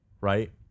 right